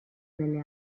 belle